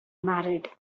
married